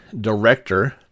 director